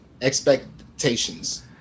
Expectations